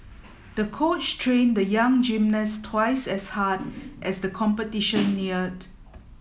the coach trained the young gymnast twice as hard as the competition neared